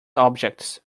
objects